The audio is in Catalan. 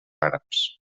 àrabs